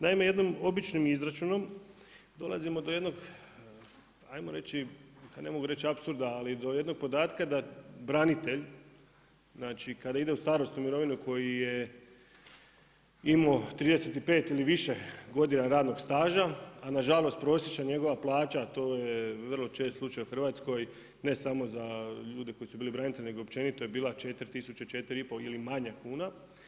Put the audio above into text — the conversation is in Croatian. Naime, jednom običnim izračunom, dolazimo da jednog, ajmo reći, pa ne mogu reći apsurda, ali do jednoga podataka da branitelj, kada ide u starosnu mirovinu, koji je imao 35 ili više godina radnog staža, a nažalost, prosječna njegova plaća, to je vrlo čest slučaj u Hrvatskoj, ne samo za ljude koji su bili branitelji, nego općenito je bilo 4000-4500 ili manje kuna.